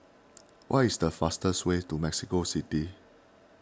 what is the fastest way to Mexico City